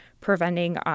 preventing